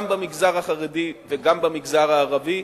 גם במגזר החרדי וגם במגזר הערבי.